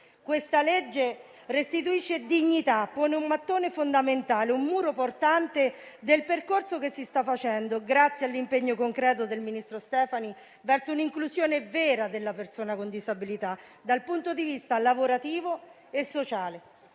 di legge restituisce dignità e pone un mattone fondamentale nel muro portante del percorso che si sta facendo, grazie all'impegno concreto del ministro Stefani, verso un'inclusione vera della persona con disabilità dal punto di vista lavorativo e sociale.